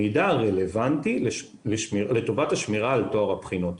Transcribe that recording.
הוא אך ורק המידע הרלוונטי לטובת השמירה על טוהר הבחינות,